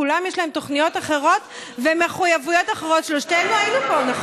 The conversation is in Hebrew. כולם יש להם תוכניות אחרות ומחויבויות אחרות דרך אגב,